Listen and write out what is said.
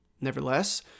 Nevertheless